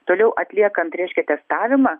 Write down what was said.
toliau atliekant reiškia testavimą